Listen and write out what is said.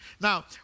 Now